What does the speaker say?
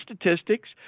statistics